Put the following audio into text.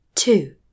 Two